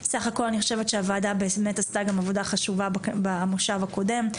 בסך הכל אני חושבת שהוועדה באמת עשתה עבודה חשובה במושב הקודם.